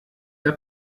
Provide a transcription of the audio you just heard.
der